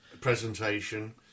presentation